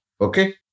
Okay